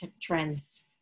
trends